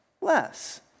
less